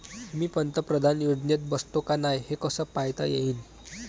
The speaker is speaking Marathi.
मी पंतप्रधान योजनेत बसतो का नाय, हे कस पायता येईन?